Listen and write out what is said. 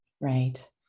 Right